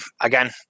again